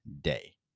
day